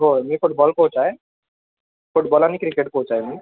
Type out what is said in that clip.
होय मी football coach आहे फुटबॉल आणि क्रिकेट कोच आहे मी